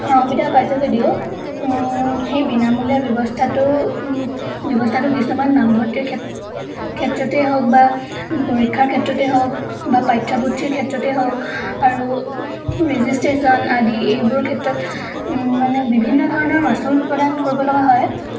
সা সুবিধা পাইছে যদিও সেই বিনামূলীয়া ব্যৱস্থাটো ব্যৱস্থাটো কিছুমান নামভৰ্তিৰ ক্ষেত্ৰত ক্ষেত্ৰতেই হওক বা পৰীক্ষাৰ ক্ষেত্ৰতেই হওক বা পাঠ্যপুথিৰ ক্ষেত্ৰতেই হওক আৰু ৰেজিষ্ট্ৰেশ্যন আদি এইবোৰৰ ক্ষেত্ৰত মানে বিভিন্ন ধৰণৰ মাচুল প্ৰদান কৰিব লগা হয়